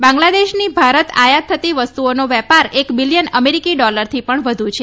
બાંગ્લાદેશની ભારત આયાત થતી વસ્તુઓનો વેપાર એક બીલીયન અમેરિકી ડોલરથી પણ વધુ છે